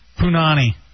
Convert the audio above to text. punani